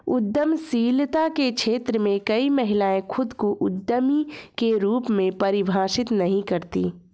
उद्यमशीलता के क्षेत्र में कई महिलाएं खुद को उद्यमी के रूप में परिभाषित नहीं करती